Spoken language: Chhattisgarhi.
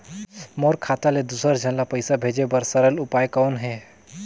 मोर खाता ले दुसर झन ल पईसा भेजे बर सरल उपाय कौन हे?